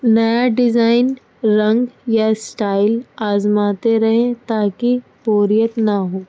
نیا ڈیزائن رنگ یا اسٹائل آزماتے رہیں تاکہ بوریت نہ ہو